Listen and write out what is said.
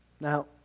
Now